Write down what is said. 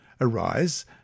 Arise